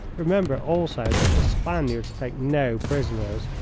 remember, also, that the spaniards take no prisoners,